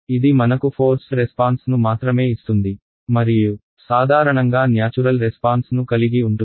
ఇది మనకు forced response ను మాత్రమే ఇస్తుంది మరియు సాదారణంగా న్యాచురల్ రెస్పాన్స్ ను కలిగి ఉంటుంది